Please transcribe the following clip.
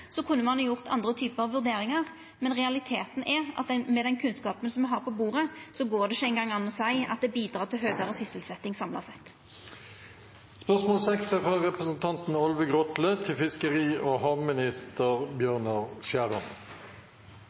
kunne ein ha gjort andre typar vurderingar, men realiteten er at med den kunnskapen som me har på bordet, går det ikkje eingong an å seia at det bidreg til høgare sysselsetjing samla sett. Først vil eg gratulere Bjørnar Selnes Skjæran som statsråd på svært viktige område for landet vårt, og